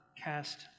cast